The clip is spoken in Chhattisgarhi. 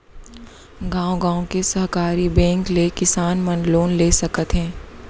गॉंव गॉंव के सहकारी बेंक ले किसान मन लोन ले सकत हे